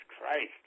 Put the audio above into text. Christ